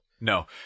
No